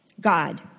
God